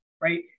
right